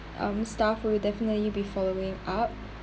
um staff will definitely be following up